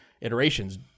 iterations